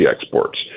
exports